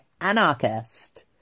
anarchist